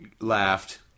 laughed